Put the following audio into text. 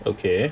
okay